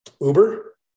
Uber